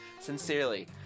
Sincerely